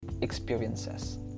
experiences